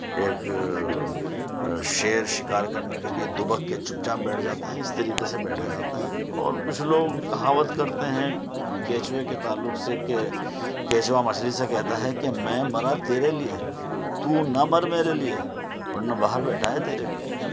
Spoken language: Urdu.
ایک شیر شکار کرنے کے لئے دبک کے چپ چاپ بیٹھ جاتا ہے اِس طریقے سے بیٹھا جاتا ہے اور کچھ لوگ کہاوت کرتے ہیں کیچوے کے تعلق سے کہ کیچوا مچھلی سے کہتا ہے کہ میں مرا تیرے لئے تو نہ مر میرے لئے ورنہ باہر بیٹھا ہے تیرے لئے